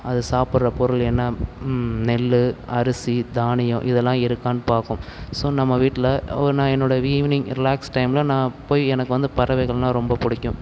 அது சாப்பிட்ற பொருள் என்ன நெல் அரிசி தானியம் இதெல்லாம் இருக்கான்னு பார்க்கும் ஸோ நம்ம வீட்டில நான் என்னுடைய ஈவினிங் ரிலாக்ஸ் டைம்மில நான் போய் எனக்கு வந்து பறவைகள்ன்னா ரொம்ப பிடிக்கும்